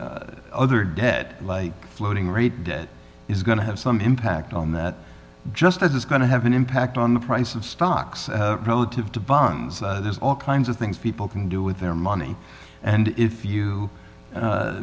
for other debt like floating rate debt is going to have some impact on that just as it's going to have an impact on the price of stocks relative to bonds there's all kinds of things people can do with they're money and if you